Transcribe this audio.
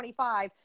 25